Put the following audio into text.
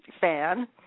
fan